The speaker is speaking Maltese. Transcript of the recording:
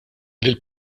lill